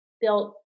built